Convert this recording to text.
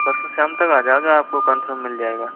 परसों शाम तक आ जाएगा आपको कन्फर्म मिल जाएगा